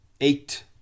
eight